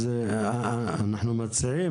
אז אנחנו מציעים,